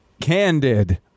Candid